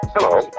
Hello